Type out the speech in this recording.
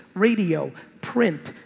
radio, print,